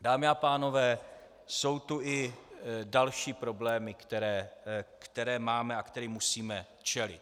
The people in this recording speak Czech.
Dámy a pánové, jsou tu i další problémy, které máme a kterým musíme čelit.